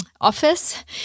office